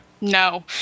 No